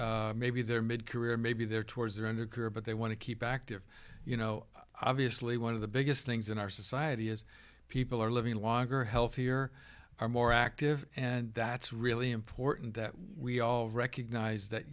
work maybe their mid career maybe their tours or in their career but they want to keep active you know obviously one of the biggest things in our society is people are living longer healthier are more active and that's really important that we all recognise that